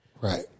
Right